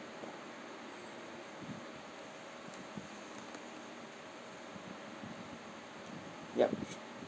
yup